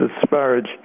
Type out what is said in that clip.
disparage